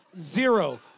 Zero